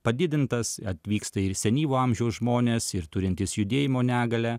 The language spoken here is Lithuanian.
padidintas atvyksta ir senyvo amžiaus žmonės ir turintys judėjimo negalią